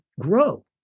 grow